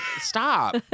stop